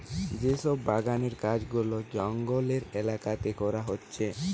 যে সব বাগানের কাজ গুলা জঙ্গলের এলাকাতে করা হচ্ছে